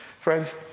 Friends